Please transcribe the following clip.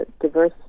diverse